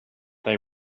they